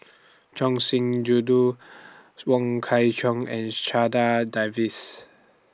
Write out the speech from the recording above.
Choor Singh Sidhu Wong Kwei Cheong and Checha Davies